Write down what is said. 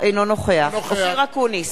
אינו נוכח אופיר אקוניס,